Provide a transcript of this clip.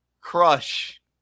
Crush